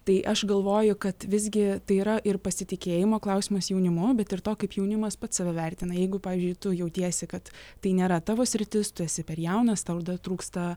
tai aš galvoju kad visgi tai yra ir pasitikėjimo klausimas jaunimu bet ir to kaip jaunimas pats save vertina jeigu pavyzdžiui tu jautiesi kad tai nėra tavo sritis tu esi per jaunas tau trūksta